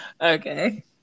Okay